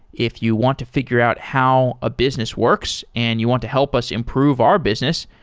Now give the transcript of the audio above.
if you want to figure out how a business works and you want to help us improve our business,